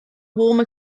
warmer